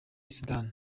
sudani